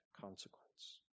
consequence